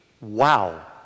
wow